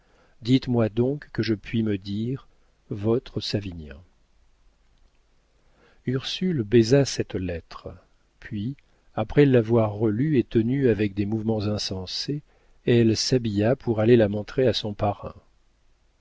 dites-moi donc que je puis me dire votre savinien ursule baisa cette lettre puis après l'avoir relue et tenue avec des mouvements insensés elle s'habilla pour aller la montrer à son parrain